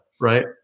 right